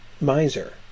miser